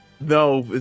no